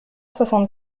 soixante